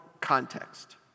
context